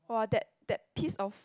!wah! that that piece of